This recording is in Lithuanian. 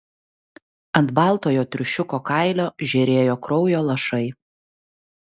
ant baltojo triušiuko kailio žėrėjo kraujo lašai